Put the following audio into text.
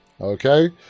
Okay